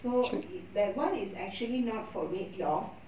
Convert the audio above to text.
so it that one is actually not for weight loss